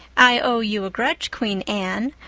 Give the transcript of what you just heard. i owe you a grudge, queen anne.